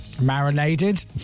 Marinated